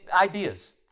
ideas